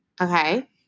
Okay